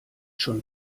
schon